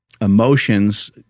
emotions